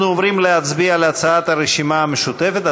אנחנו עוברים להצבעה על הצעת הרשימה המשותפת,